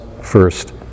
first